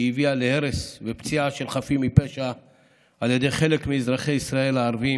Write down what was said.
שהביאה להרס ולפציעה של חפים מפשע על ידי חלק מאזרחי ישראל הערבים